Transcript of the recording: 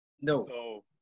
No